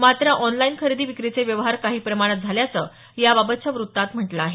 मात्र ऑनलाईन खरेदी विक्रीचे व्यवहार काही प्रमाणात झाल्याचं याबाबतच्या वृत्तात म्हटलं आहे